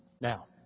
Now